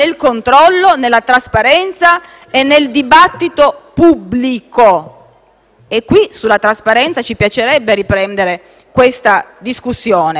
e sulla trasparenza ci piacerebbe riprendere questa discussione. Si può dunque ricominciare a discutere tutti insieme, ma, chiariamoci